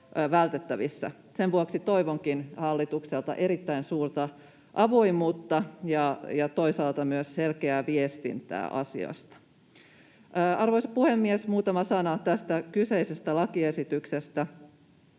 Sen vuoksi toivonkin hallitukselta erittäin suurta avoimuutta ja toisaalta myös selkeää viestintää asiasta. Arvoisa puhemies! Muutama sana tästä kyseisestä lakiesityksestä.